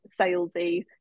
salesy